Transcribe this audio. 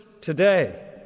today